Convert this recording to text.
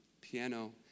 piano